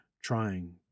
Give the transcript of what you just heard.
trying